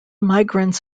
migrants